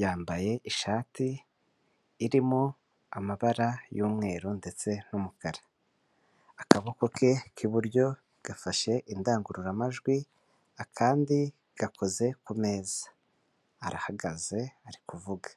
Yambaye ishati irimo amabara y'umweru ndetse n'umukara. Akaboko ke k'iburyo gafashe indangururamajwi, akandi gakoze ku meza. Arahagaze, ari kuvuga.